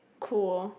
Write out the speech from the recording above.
cool